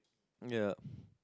ya